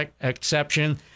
exception